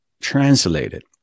Translated